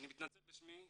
אני מתנצל בשמי,